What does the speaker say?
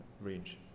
range